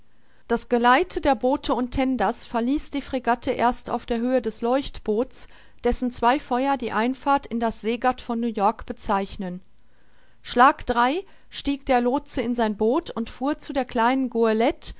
das geleite der boote und tenders verließ die fregatte erst auf der höhe des leucht boots dessen zwei feuer die einfahrt in das seegatt von new-york bezeichnen schlag drei stieg der lootse in sein boot und fuhr zu der kleinen